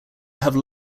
have